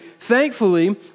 Thankfully